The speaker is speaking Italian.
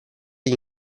gli